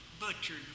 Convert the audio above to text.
butchered